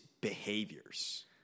behaviors